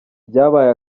byabaye